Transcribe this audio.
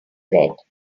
red